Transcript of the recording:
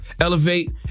elevate